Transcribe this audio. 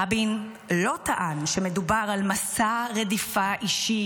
רבין לא טען שמדובר על מסע רדיפה אישי